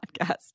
podcast